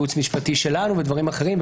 ייעוץ משפטי שלנו ודברים אחרים,